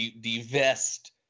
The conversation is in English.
divest